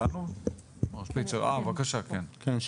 בבקשה כן.